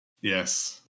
yes